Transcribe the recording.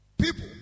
People